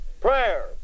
Prayer